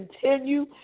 continue